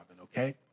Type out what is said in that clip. okay